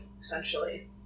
essentially